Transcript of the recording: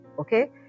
okay